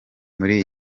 muri